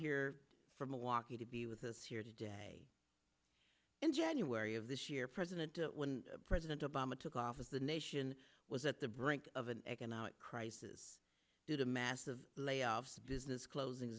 here from milwaukee to be with us here today in january of this year president president obama took office the nation was at the brink of an economic crisis due to massive layoffs of business closing